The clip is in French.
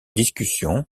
discussions